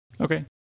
Okay